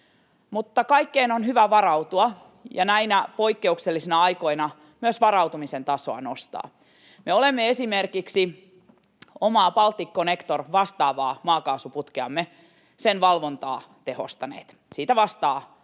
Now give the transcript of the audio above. kaikkeen on hyvä varautua ja näinä poikkeuksellisina aikoina myös varautumisen tasoa nostaa. Me olemme esimerkiksi oman Balticconnectorin eli vastaavan maakaasuputkemme valvontaa tehostaneet. Siitä vastaa